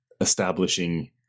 establishing